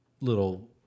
little